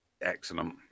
Excellent